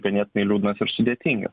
ganėtinai liūdnas ir sudėtingas